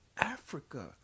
Africa